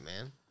man